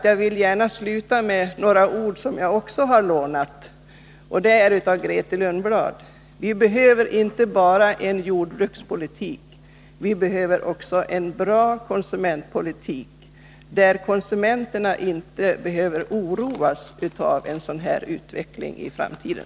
Jag vill gärna sluta mitt anförande med några ord som jag också har lånat — jag har lånat dem av Grethe Lundblad: Vi behöver inte bara en jordbrukspolitik — vi behöver också en bra konsumentpolitik, där konsumenterna inte behöver oroas av utvecklingen i framtiden.